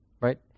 right